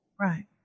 Right